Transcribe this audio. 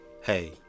hey